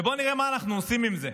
בואו נראה מה אנחנו עושים עם זה,